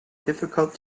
difficult